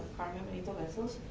carmen benito-vessels,